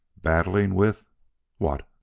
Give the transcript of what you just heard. battling with what?